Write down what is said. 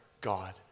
God